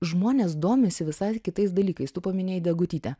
žmonės domisi visai kitais dalykais tu paminėjai degutytę